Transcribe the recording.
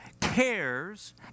cares